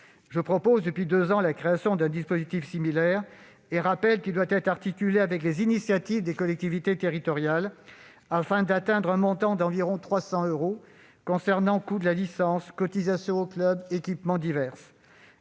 Je propose depuis deux ans la création d'un dispositif similaire. Je rappelle qu'il doit être articulé avec les initiatives des collectivités territoriales afin d'atteindre un montant d'environ 300 euros, permettant de financer le coût de la licence, la cotisation aux clubs ou divers